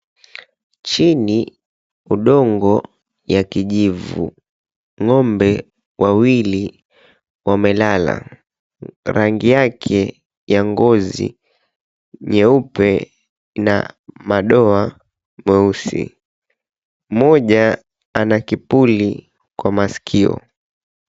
Chini, udongo ya kijivu. Ng'ombe wawili wamelala. Rangi yake ya ngozi nyeupe na madoa meusi. Moja ana kipuli kwa masikio.